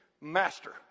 Master